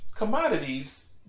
commodities